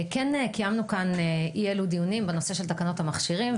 כן קיימנו כאן אי-אלו דיונים בנושא של תקנות המכשירים,